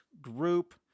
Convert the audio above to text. group